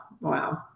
wow